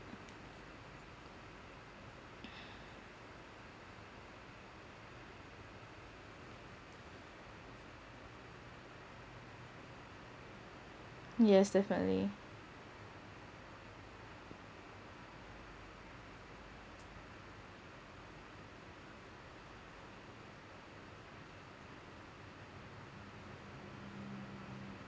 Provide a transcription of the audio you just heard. yes definitely